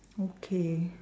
okay